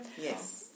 Yes